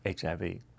HIV